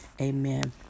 Amen